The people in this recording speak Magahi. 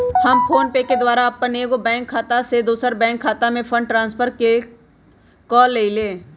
हम फोनपे के द्वारा अप्पन एगो बैंक खता से दोसर बैंक खता में फंड ट्रांसफर क लेइले